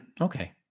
Okay